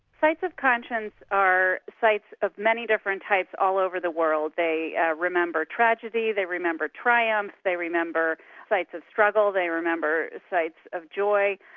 sites of conscience are sites of many different types all over the world. they ah remember tragedy, they remember triumph, they remember sites of struggle, they remember sites of joy,